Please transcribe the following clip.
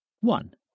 One